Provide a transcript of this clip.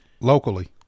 Locally